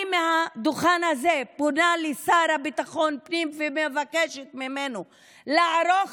אני מהדוכן הזה פונה לשר לביטחון פנים ומבקשת ממנו לערוך